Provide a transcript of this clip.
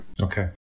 okay